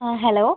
ആ ഹലോ